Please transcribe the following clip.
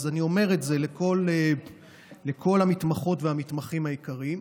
אז אני אומר את זה לכל המתמחות והמתמחים היקרים.